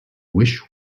wish